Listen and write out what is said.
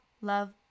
Love